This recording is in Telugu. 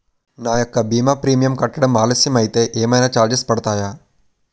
నా యెక్క భీమా ప్రీమియం కట్టడం ఆలస్యం అయితే ఏమైనా చార్జెస్ పడతాయా?